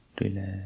relax